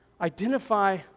Identify